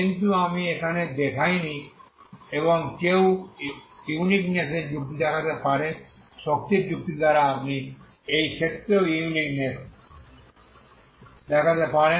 কিন্তু আমি এখানে দেখাইনি এবং কেউ ইউনিকনেসের যুক্তি দেখাতে পারে শক্তির যুক্তি দ্বারা আপনি এই ক্ষেত্রেও ইউনিকনেস দেখাতে পারেন